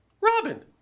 Robin